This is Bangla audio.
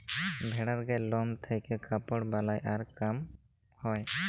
ভেড়ার গায়ের লম থেক্যে কাপড় বালাই আর কাম হ্যয়